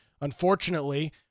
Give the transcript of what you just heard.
Unfortunately